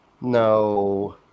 no